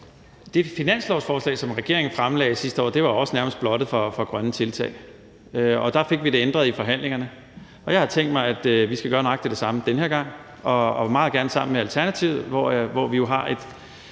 Det finanslovsforslag, som regeringen fremsatte sidste år, var også nærmest blottet for grønne tiltag, og der fik vi det ændret i forhandlingerne. Og jeg har tænkt mig, at vi skal gøre nøjagtig det samme den her gang, og meget gerne sammen med Alternativet, som vi jo har et